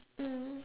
mm